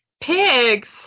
Pigs